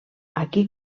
aquí